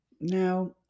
Now